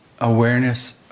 awareness